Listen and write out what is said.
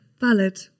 Valid